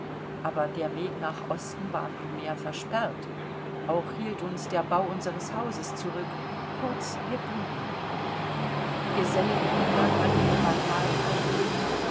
aber der weg nach osten war nunmehr versperrt auch hielt uns der bau unseres hauses zurück kurz wir blieben geselligen umgang hatten wir beinahe keinen mehr